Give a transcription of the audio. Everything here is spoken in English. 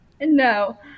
No